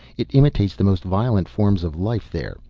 it imitates the most violent forms of life there,